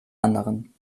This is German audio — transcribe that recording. anderen